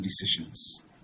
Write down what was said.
decisions